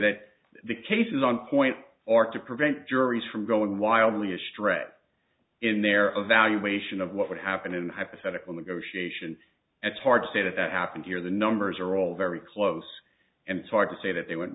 that the case is on point or to prevent juries from going wildly a strength in their own valuation of what would happen in hypothetical negotiation it's hard to say that that happened here the numbers are all very close and it's hard to say that they w